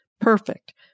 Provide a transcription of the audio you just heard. Perfect